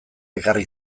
ekarri